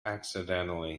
accidentally